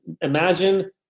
imagine